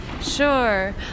sure